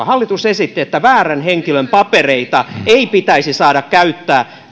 hallitus esitti että väärän henkilön papereita ei pitäisi saada käyttää